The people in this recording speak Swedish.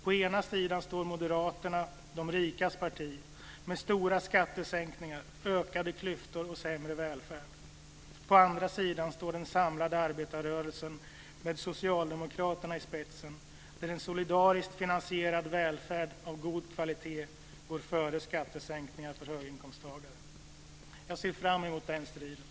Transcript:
På ena sida står Moderaterna, de rikas parti, med stora skattesänkningar, ökade klyftor och sämre välfärd. På andra sidan står den samlade arbetarrörelsen med Socialdemokraterna i spetsen, där en solidariskt finansierad välfärd av god kvalitet går före skattesänkningar för höginkomsttagare. Jag ser fram emot den striden.